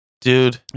Dude